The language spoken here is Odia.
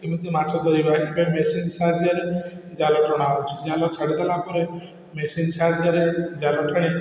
କେମିତି ମାଛ ଧରିବା ଏବେ ମେସିନ୍ ସାହାଯ୍ୟରେ ଜାଲ ଟଣା ହେଉଛି ଜାଲ ଛାଡ଼ି ଦେଲା ପରେ ମେସିନ୍ ସାହାଯ୍ୟରେ ଜାଲ ଟାଣି